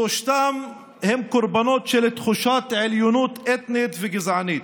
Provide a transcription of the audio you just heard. שלושתם הם קורבנות של תחושת עליונות אתנית וגזענית,